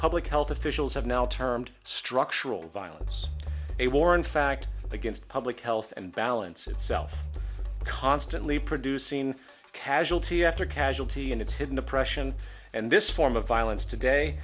public health officials have now termed structural violence a war in fact against public health and balance itself constantly produce seen casualty after casualty and its hidden oppression and this form of violence today